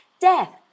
death